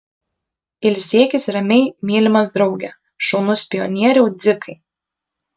ilsėkis ramiai mylimas drauge šaunus pionieriau dzikai